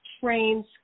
trains